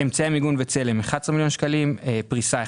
פריסה ב-1.